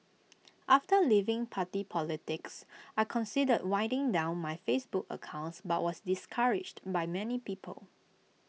after leaving party politics I considered winding down my Facebook accounts but was discouraged by many people